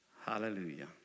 Hallelujah